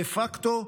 דה-פקטו,